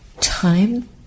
time